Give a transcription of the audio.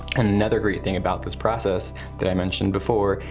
another great thing about this process that i mentioned before,